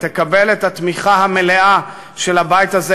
ותקבל את התמיכה המלאה של הבית הזה,